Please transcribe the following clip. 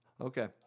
Okay